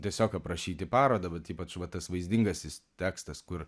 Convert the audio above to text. tiesiog aprašyti parodą vat ypač va tas vaizdingasis tekstas kur